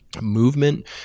movement